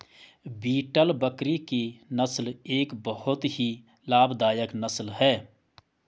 beetle बकरी की नस्ल एक बहुत ही लाभदायक नस्ल है